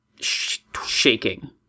shaking